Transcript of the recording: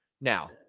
Now